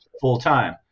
full-time